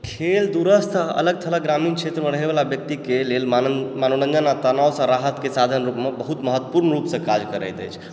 खेल दूरस्थ अलग थलग ग्रामीण क्षेत्रमे रहैवला व्यक्तिके लेल मनोरञ्जन आओर तनावसँ राहतके साधनमे बहुत महत्वपूर्ण रुपसँ काज करैत अछि